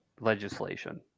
legislation